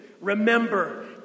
remember